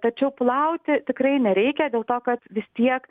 tačiau plauti tikrai nereikia dėl to kad vis tiek